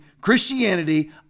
Christianity